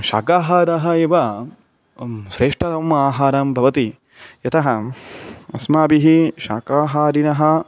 शाकाहारः एव श्रेष्ठम् आहारं भवति यतः अस्माभिः शाकाहारिभिः